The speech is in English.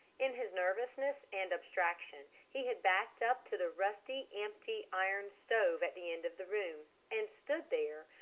in his nervousness and abstraction he had backed up to the rusty, empty iron stove at the end of the room, and stood there,